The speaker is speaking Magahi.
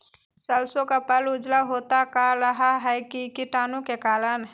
सरसो का पल उजला होता का रहा है की कीटाणु के करण?